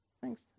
Thanks